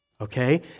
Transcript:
okay